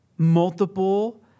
Multiple